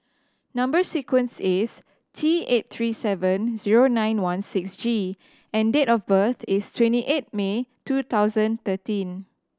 number sequence is T eight three seven zero nine one six G and date of birth is twenty eight May two thousand thirteen